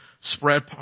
spread